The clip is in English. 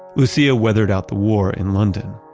lucia weathered out the war in london.